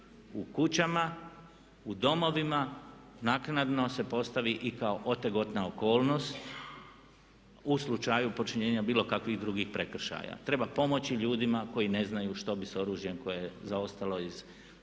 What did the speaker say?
u kućama, u domovima naknadno se postavi i kao otegotna okolnost u slučaju počinjenja bilo kakvih drugih prekršaja. Treba pomoći ljudima koji ne znaju što bi sa oružjem koje je zaostalo iz Domovinskoga